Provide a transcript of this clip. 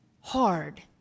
hard